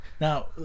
Now